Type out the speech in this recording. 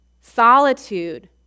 solitude